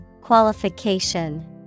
Qualification